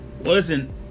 listen